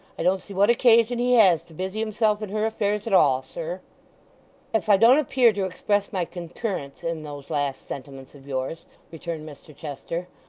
i don't see what occasion he has to busy himself in her affairs at all, sir if i don't appear to express my concurrence in those last sentiments of yours returned mr chester,